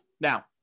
Now